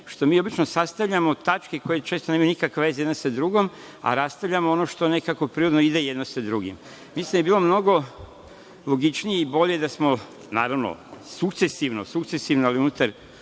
što mi obično sastavljamo tačke koje često nemaju nikakve veze jedna sa drugom, a raspravljamo ono što nekako prirodno ide jedno sa drugim. Mislim da je bilo mnogo logičnije i bolje da smo sukcesivno, ali ipak unutar